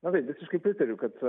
na taip visiškai pritariu kad